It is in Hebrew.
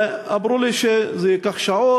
אמרו לי שזה ייקח שעות.